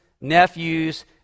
nephews